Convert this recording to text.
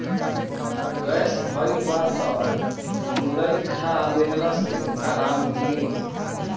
gas भइल बा तअ मुरई खा लेहला से आराम मिली